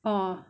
oh